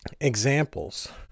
examples